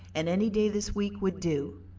and any day this week would do.